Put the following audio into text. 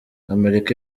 amerika